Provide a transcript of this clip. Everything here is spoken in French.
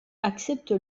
accepte